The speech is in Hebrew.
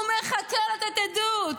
הוא מחכה לתת עדות.